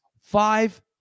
five